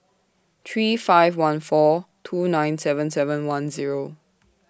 three five one four two nine seven seven one Zero